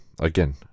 Again